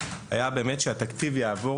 היה שהתקציב יעבור